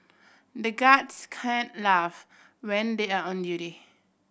the guards can't laugh when they are on duty